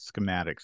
schematics